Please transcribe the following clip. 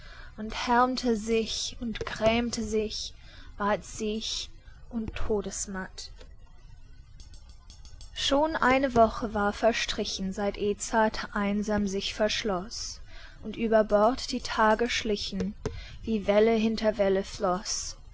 und härmte sich und grämte sich ward siech und todesmatt schon eine woche war verstrichen seit edzard einsam sich verschloß und über bord die tage schlichen wie welle hinter welle floß